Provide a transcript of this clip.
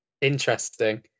Interesting